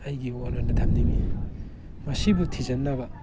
ꯑꯩꯒꯤ ꯃꯣꯠ ꯑꯣꯏꯅ ꯊꯝꯅꯤꯡꯉꯤ ꯃꯁꯤꯕꯨ ꯊꯤꯖꯤꯟꯅꯕ